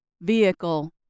vehicle